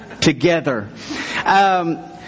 Together